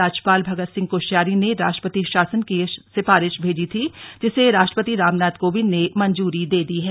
राज्यपाल भगत सिंह कोश्यारी ने राष्ट्रपति शासन की सिफारिश भेजी थी जिसे राष्ट्रपति रामनाथ कोविंद ने मंजूरी दे दी है